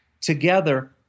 together